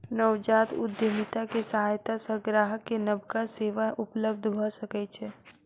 नवजात उद्यमिता के सहायता सॅ ग्राहक के नबका सेवा उपलब्ध भ सकै छै